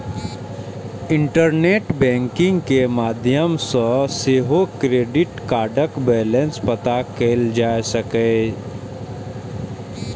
internet banking के माध्यम सं सेहो क्रेडिट कार्डक बैलेंस पता कैल जा सकैए